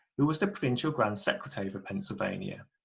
who was the provincial grand secretary for pennsylvania.